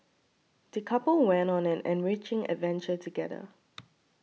the couple went on an enriching adventure together